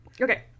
Okay